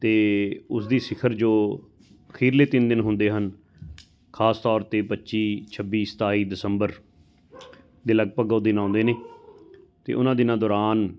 ਅਤੇ ਉਸਦੀ ਸਿਖਰ ਜੋ ਅਖੀਰਲੇ ਤਿੰਨ ਦਿਨ ਹੁੰਦੇ ਹਨ ਖਾਸ ਤੌਰ 'ਤੇ ਪੱਚੀ ਛੱਬੀ ਸਤਾਈ ਦਸੰਬਰ ਦੇ ਲਗਭਗ ਉਹ ਦਿਨ ਆਉਂਦੇ ਨੇ ਅਤੇ ਉਹਨਾਂ ਦਿਨਾਂ ਦੌਰਾਨ